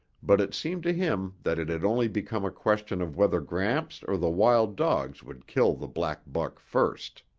but it seemed to him that it had only become a question of whether gramps or the wild dogs would kill the black buck first.